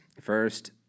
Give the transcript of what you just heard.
First